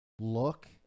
look